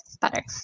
better